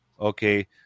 okay